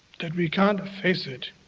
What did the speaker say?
that we can't face it.